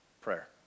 Prayer